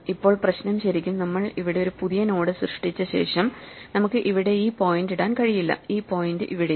ഇപ്പോൾ പ്രശ്നം ശരിക്കും നമ്മൾ ഇവിടെ ഒരു പുതിയ നോഡ് സൃഷ്ടിച്ച ശേഷം നമുക്ക് ഇവിടെ ഈ പോയിന്റ് ഇടാൻ കഴിയില്ല ഈ പോയിന്റ് ഇവിടെയും